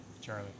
Charlie